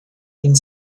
and